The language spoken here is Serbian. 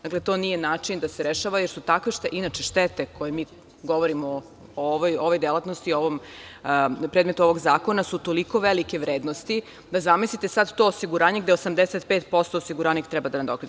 Dakle, to nije način da se rešava, jer su takve štete inače, o kojima mi govorimo u ovoj delatnosti, u predmetu ovog zakona, toliko velike vrednosti, da zamislite sad to osiguranje gde 85% osiguranik treba da nadoknadi.